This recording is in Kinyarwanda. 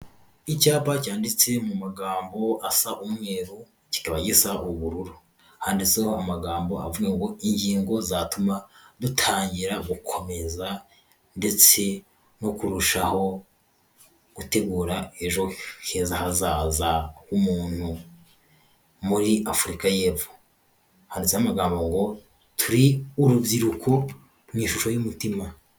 Icyapa cyanditse mu magambo asa umweru kibageza ubururu handitseho amagambo avuga ngo ingingo zatuma dutangira gukomeza ndetse no kurushaho gutegura ejo heza hazaza h'umuntu muri Afurika y'epfo, handitseho amagambo ngo turi urubyiruko mu ishusho y'umutima.